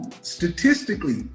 statistically